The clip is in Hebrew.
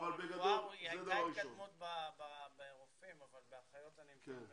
לגבי הרופאים הייתה התקדמות אבל לא לגבי האחיות.